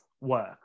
work